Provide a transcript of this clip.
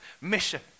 mission